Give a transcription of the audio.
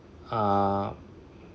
uh